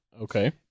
Okay